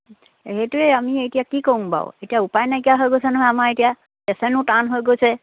সেইটোৱে আমি এতিয়া কি কৰোঁ বাৰু এতিয়া উপায় নাইকীয়া হৈ গৈছে নহয় আমাৰ এতিয়া পেচেন্টো টান হৈ গৈছে